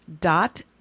dot